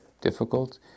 difficult